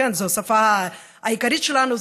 זו השפה העיקרית שלנו,